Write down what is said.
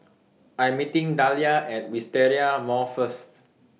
I Am meeting Dahlia At Wisteria Mall First